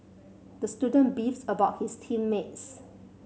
the student beefed about his team mates